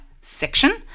section